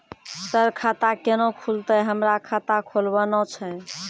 Sir खाता केना खुलतै, हमरा खाता खोलवाना छै?